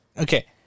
okay